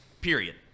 period